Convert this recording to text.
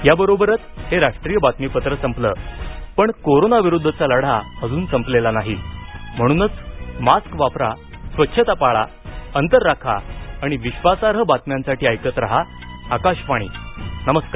याबरोबरच हे राष्ट्रीय बातमीपत्र संपलं पण कोरोना विरुद्धचा लढा अजून संपलेला नाही म्हणूनच मास्क वापरा स्वच्छता पाळा अंतर राखा आणि विश्वासार्ह बातम्यांसाठी ऐकत रहा आकाशवाणी नमस्कार